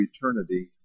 eternity